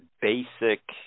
basic